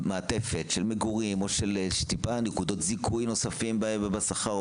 מעטפת של מגורים או נקודות זיכוי נוספות בשכר,